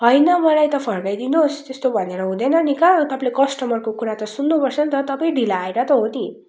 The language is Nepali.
होइन मलाई त फर्काइदिनु होस् त्यस्तो भनेर हुँदैन नि कहाँ तपाईँले कस्टमरको कुरा त सुन्नु पर्छ त तपाईँ ढिलो आएर त हो नि